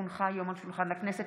כי הונחה על שולחן הכנסת,